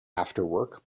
afterwork